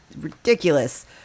ridiculous